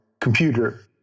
computer